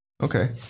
Okay